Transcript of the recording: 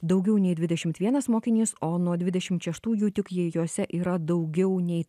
daugiau nei dvidešimt vienas mokinys o nuo dvidešimt šeštųjų tik jei jose yra daugiau nei